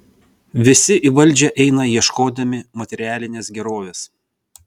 visi į valdžią eina ieškodami materialinės gerovės